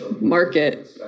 Market